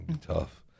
tough